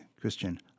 Christian